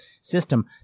system